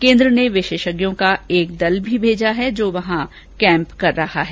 केन्द्र ने विशेषज्ञों का एक दल भी भेजा है जो वहां कैंप पर रहा है